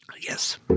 Yes